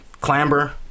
clamber